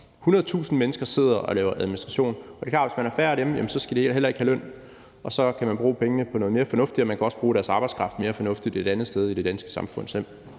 100.000 mennesker sidder og laver administration, og det er klart, at hvis man har færre af dem, skal de heller ikke have løn, og så kan man bruge pengene på noget mere fornuftigt, og man kan også bruge deres arbejdskraft mere fornuftigt et andet sted